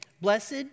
blessed